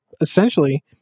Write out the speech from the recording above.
essentially